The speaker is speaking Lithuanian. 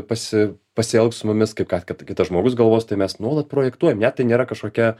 pasi pasielgs su mumis kaip ką kitas žmogus galvos tai mes nuolat projektuojam ne tai nėra kažkokia